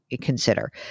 consider